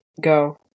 Go